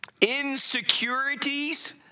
insecurities